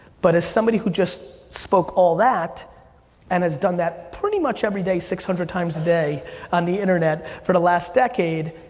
but as somebody who just spoke all that and has done that pretty much every day six hundred times a day on the internet for the last decade,